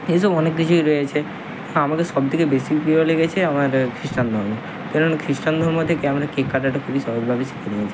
এই সব অনেক কিছুই রয়েছে আমাকে সব থেকে বেশি প্রিয় লেগেছে আমার খিস্টান ধর্ম কেননা খিস্টান ধর্ম থেকে আমরা কেক কাটাটা খুবই সহজভাবে শিখে নিয়েছি